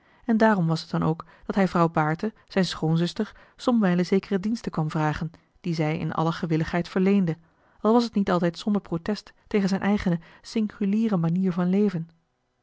en daarom was het dan ook dat hij vrouw baerte zijne schoonzuster somwijlen zekere diensten kwam vragen die zij in alle gewilligheid verleende al was het niet altijd osboom oussaint zonder protest tegen zijne eigene singuliere manier van leven